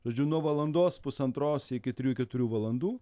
žodžiu nuo valandos pusantros iki trijų keturių valandų